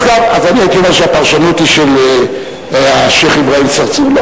אז הייתי אומר שהפרשנות היא של השיח' אברהים צרצור?